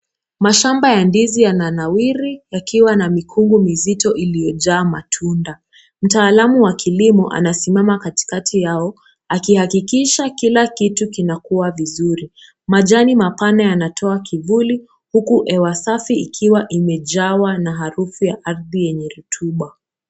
Mashamba ya ndizi yananawiri yakiwa na mikungu mizito iliyojaa matunda. Mtaalamu wa kilimo anasimama katikati yao, akihakikisha kila kitu kinakua vizuri. Majani mapana yanatoa kivuli, huku hewa safi ikiwa imejawa na harufu ya ardhi yenye rutuba.